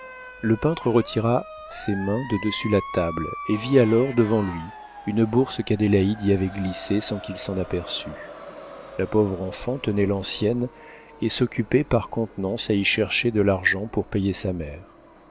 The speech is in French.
le peintre retira ses mains de dessus la table et vit alors devant lui une bourse qu'adélaïde y avait glissée sans qu'il s'en aperçût la pauvre enfant tenait l'ancienne et s'occupait par contenance à y chercher de l'argent pour payer sa mère